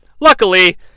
Luckily